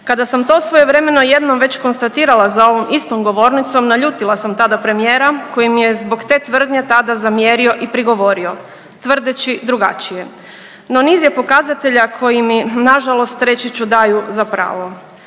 Kada sam to svojevremeno jednom već konstatirala za ovom istog govornicom naljutila sam tada premijera koji mi je zbog te tvrdnje tada zamjerio i prigovorio tvrdeći drugačije. No, niz je pokazatelja koji mi nažalost reći ću daju za pravo.